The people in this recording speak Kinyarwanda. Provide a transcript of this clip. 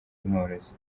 mworozi